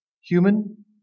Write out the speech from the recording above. human